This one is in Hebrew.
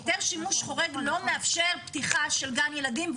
היתר שימוש חורג לא מאפשר פתיחה של גן ילדים.